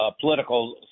political